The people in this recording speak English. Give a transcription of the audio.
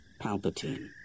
Palpatine